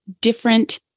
different